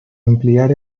ampliar